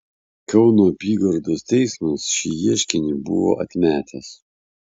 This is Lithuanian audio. kauno apygardos teismas šį ieškinį buvo atmetęs